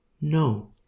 no